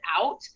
out